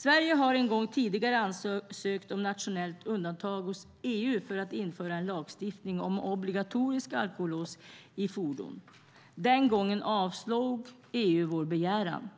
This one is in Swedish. Sverige har en gång tidigare ansökt om nationellt undantag hos EU för att införa en lagstiftning om obligatoriskt alkolås i fordon. Den gången avslog EU vår begäran.